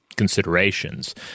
Considerations